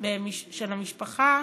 של המשפחה